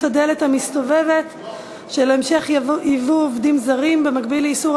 הדלת המסתובבת של המשך ייבוא עובדים זרים במקביל לאיסור